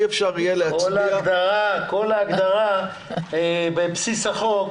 כל ההגדרה בבסיס החוק